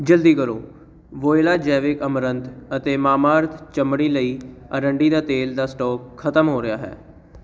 ਜਲਦੀ ਕਰੋ ਵੋਇਲਾ ਜੈਵਿਕ ਅਮਰੰਥ ਅਤੇ ਮਾਮਾਅਰਥ ਚਮੜੀ ਲਈ ਆਰੰਡੀ ਦਾ ਤੇਲ ਦਾ ਸਟਾਕ ਖਤਮ ਹੋ ਰਿਹਾ ਹੈ